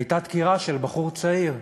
הייתה דקירה של בחור צעיר,